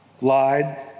lied